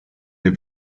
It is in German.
der